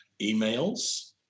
emails